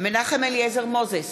מנחם אליעזר מוזס,